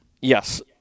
Yes